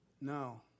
No